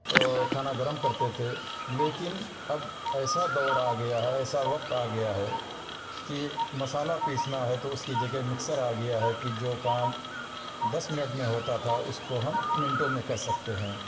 کھانا گرم کرتے تھے لیکن اب ایسا دور آ گیا ہے ایسا وقت آگیا ہے کہ مسالہ پیسنا ہے تو اس کی جگہ مکسر آگیا ہے کہ جو کام دس منٹ میں ہوتا تھا اس کو ہم منٹوں میں کر سکتے ہیں